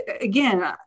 again